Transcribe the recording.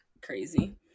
crazy